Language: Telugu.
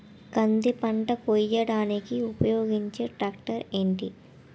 కంది పంట కోయడానికి ఉపయోగించే ట్రాక్టర్ ఏంటి?